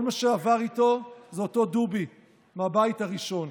כל מה שעבר איתו זה אותו דובי מהבית הראשון,